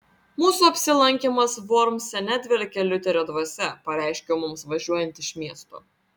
mūsų apsilankymas vormse nedvelkia liuterio dvasia pareiškiau mums važiuojant iš miesto